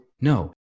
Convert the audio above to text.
no